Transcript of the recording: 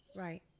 Right